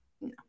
No